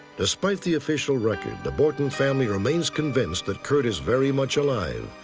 despite the official record, the borton family remains convinced that curt is very much alive,